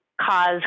cause